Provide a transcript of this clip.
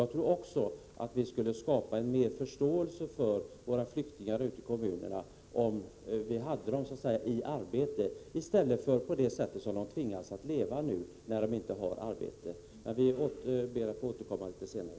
Jag tror också att vi skulle skapa mer förståelse för våra flyktingar ute i kommunerna, om vi hade dem i arbete i stället för att de tvingas leva på det sätt de nu gör när de inte har arbete. Jag ber att få återkomma litet senare.